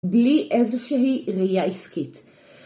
בלי איזושהי ראייה עסקית.